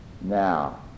now